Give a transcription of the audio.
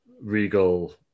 regal